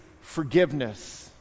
forgiveness